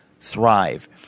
thrive